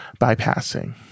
bypassing